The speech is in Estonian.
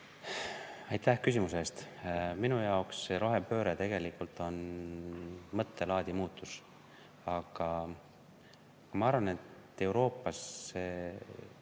Aitäh küsimuse eest! Minu jaoks on rohepööre tegelikult mõttelaadi muutus. Aga ma arvan, et Euroopas –